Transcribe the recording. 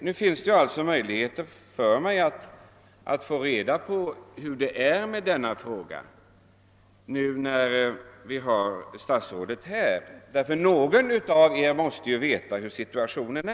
Nu finns det alltså möjligheter att få reda på hur det ligger till eftersom statsrådet är här, ty någon av er måste ändå känna till förhållandena.